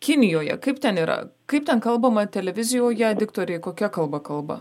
kinijoje kaip ten yra kaip ten kalbama televizijoje diktoriai kokia kalba kalba